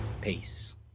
Peace